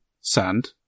sand